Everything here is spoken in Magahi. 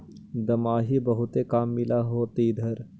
दमाहि बहुते काम मिल होतो इधर?